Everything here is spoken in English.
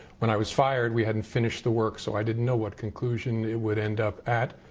when i was fired, we hadn't finished the work, so i didn't know what conclusion it would end up at.